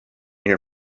here